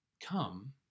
Come